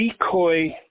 decoy